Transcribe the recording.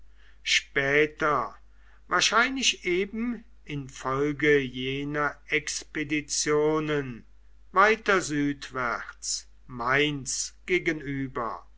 später wahrscheinlich eben infolge jener expeditionen weiter südwärts mainz gegenüber